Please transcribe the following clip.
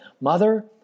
Mother